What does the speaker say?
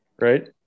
right